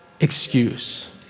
excuse